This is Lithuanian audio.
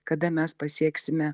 kada mes pasieksime